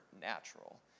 natural